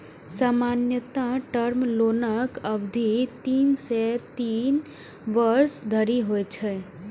सामान्यतः टर्म लोनक अवधि तीन सं तीन वर्ष धरि होइ छै